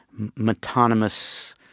metonymous